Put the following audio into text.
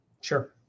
Sure